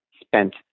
spent